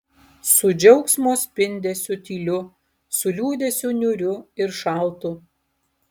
su džiaugsmo spindesiu tyliu su liūdesiu niūriu ir šaltu